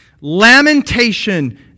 lamentation